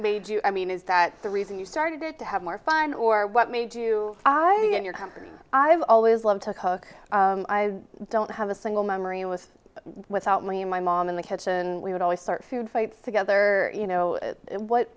made you i mean is that the reason you started to have more fun or what made you i mean your company i've always loved to cook i don't have a single memory with without me and my mom in the kitchen we would always start food fights together you know what